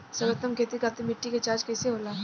सर्वोत्तम खेती खातिर मिट्टी के जाँच कइसे होला?